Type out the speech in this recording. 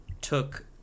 took